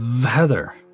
Heather